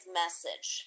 message